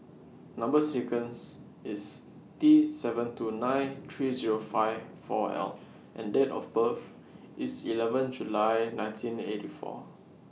Number sequence IS T seven two nine three Zero five four L and Date of birth IS eleven July nineteen eighty four